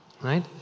right